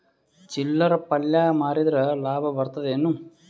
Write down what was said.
ಚಿಲ್ಲರ್ ಪಲ್ಯ ಮಾರಿದ್ರ ಲಾಭ ಬರತದ ಏನು?